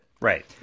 Right